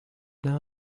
now